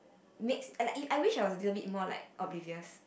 makes like I wish I was a little bit like more oblivious